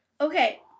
Okay